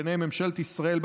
ביניהן ממשלת ישראל,